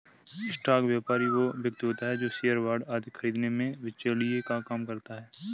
stock व्यापारी वो व्यक्ति होता है जो शेयर बांड आदि खरीदने में बिचौलिए का काम करता है